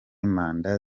manda